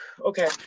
Okay